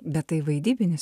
bet tai vaidybinis